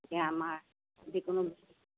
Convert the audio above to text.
এতিয়া আমাৰ যিকোনো